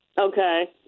Okay